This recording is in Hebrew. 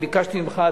ביקשתי ממך,